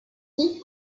dix